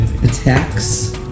attacks